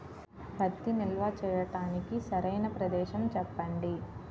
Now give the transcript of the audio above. పత్తి నిల్వ చేయటానికి సరైన ప్రదేశం చెప్పండి?